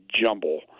jumble